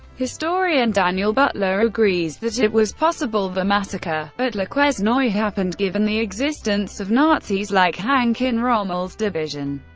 historian daniel butler agrees that it was possible the massacre at le quesnoy happened given the existence of nazis like hanke in rommel's division,